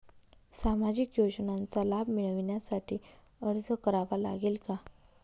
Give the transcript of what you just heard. सामाजिक योजनांचा लाभ मिळविण्यासाठी अर्ज करावा लागेल का?